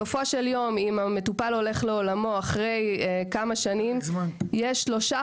אם המטופל הולך לעולמו לאחר כמה שנים הכסף בעבור שלושה